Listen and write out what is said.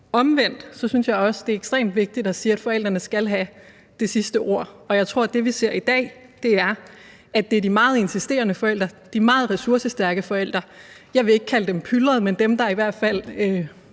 anden side synes jeg også, det er ekstremt vigtigt at sige, at forældrene skal have det sidste ord. Jeg tror, at det, vi ser i dag, er, at det er de meget insisterende forældre, de meget ressourcestærke forældre – jeg vil ikke kalde dem pylrede, men dem, der i hvert fald